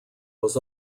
was